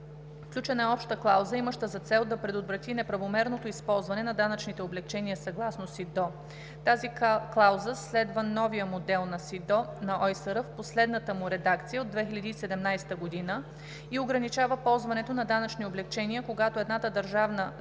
включена е обща клауза, имаща за цел да предотврати неправомерното използване на данъчните облекчения съгласно СИДДО. Тази клауза следва новия Модел на СИДДО на ОИСР в последната му редакция от 2017 г. и ограничава ползването на данъчни облекчения, когато едната държава прецени,